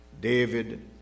David